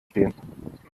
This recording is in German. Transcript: stehen